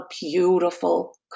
beautiful